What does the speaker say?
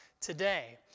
today